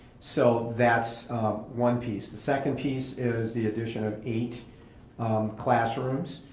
so that's one piece. the second piece is the addition of eight classrooms.